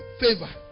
favor